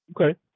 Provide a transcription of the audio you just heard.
Okay